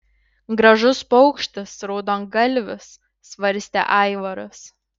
gražus paukštis raudongalvis svarstė aivaras